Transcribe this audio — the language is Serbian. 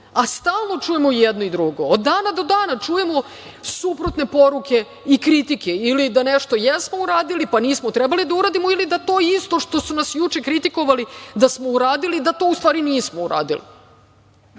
a stalno čujemo jedno i drugo. Od dana do dana čujemo suprotne poruke i kritike ili da nešto jesmo uradili, pa nismo trebali da uradimo ili da to isto što su nas juče kritikovali da smo uradili da to u stvari nismo uradili,